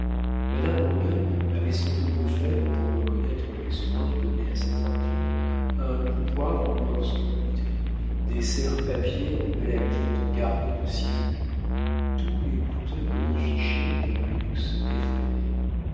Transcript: madame roguin avait sans doute offert pour reconnaître les soins donnés à sa fortune un coupoir en or sculpté des serre papiers en malachite garnis de ciselures tous les coûteux colifichets d'un luxe effréné